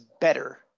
better